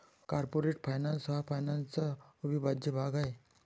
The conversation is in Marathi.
कॉर्पोरेट फायनान्स हा फायनान्सचा अविभाज्य भाग आहे